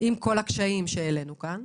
עם כל הקשיים שהעלינו כאן?